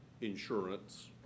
Insurance